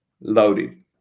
loaded